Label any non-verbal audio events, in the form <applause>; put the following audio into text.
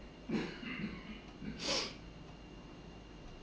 <noise>